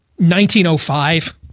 1905